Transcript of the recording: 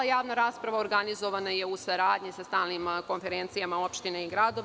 Javna rasprava organizovana je u saradnji sa stalnim konferencijama opština i gradova.